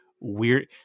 weird